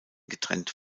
getrennt